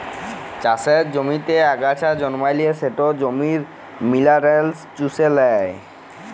চাষের জমিতে আগাছা জল্মালে সেট জমির মিলারেলস চুষে লেই